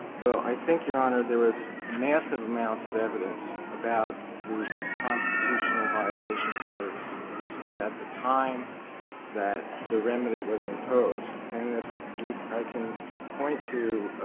well, i think, your honor, there was massive amounts of evidence about the constitutional violations that existed at the time that the remedy was imposed. and if we i can point to